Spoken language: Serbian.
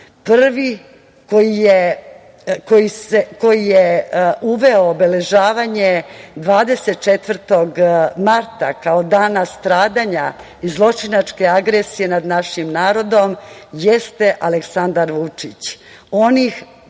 Prvi koji je uveo obeležavanje 24. marta kao Dana stradanja i zločinačke agresije nad našim narodom jeste Aleksandar Vučić. Oni